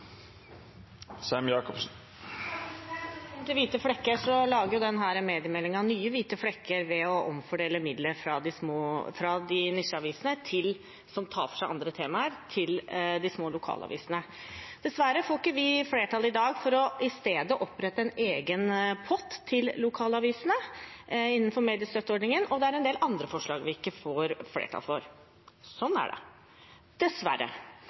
nye hvite flekker ved å omfordele midler fra nisjeavisene som tar for seg andre temaer, til de små lokalavisene. Dessverre får vi ikke flertall i dag for i stedet å opprette en egen pott til lokalavisene innenfor mediestøtteordningen, og det er også en del andre forslag vi ikke får flertall for. Sånn er det – dessverre.